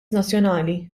nazzjonali